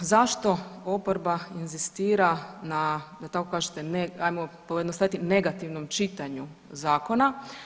Zašto oporba inzistira na, da tako kažete, ajmo pojednostaviti negativnom čitanju zakona.